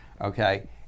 okay